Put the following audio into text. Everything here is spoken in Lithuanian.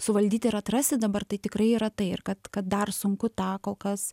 suvaldyti ir atrasi dabar tai tikrai yra tai ir kad kad dar sunku tą kol kas